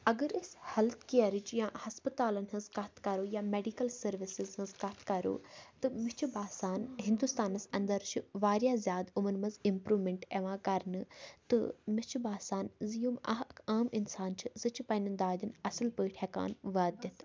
اگر أسۍ ہیلٕتھ کِیَرٕچ یا ہَسپَتالَن ہٕنٛز کَتھ کَرو یا میڈِکَل سٔروِسِز ہٕنٛز کَتھ کَرو تہٕ مےٚ چھُ باسان ہِندُستانَس اَنٛدَر چھِ واریاہ زیادٕ یِمَن منٛز اِمپرٛوٗمٮ۪نٛٹ یِوان کَرنہٕ تہٕ مےٚ چھِ باسان زِ یِم اَکھ عام اِنسان چھِ سُہ چھِ پنٛنٮ۪ن دادٮ۪ن اَصٕل پٲٹھۍ ہٮ۪کان واتِتھ